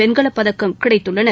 வெண்கலப்பதக்கம் கிடைத்துள்ளன